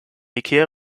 ikea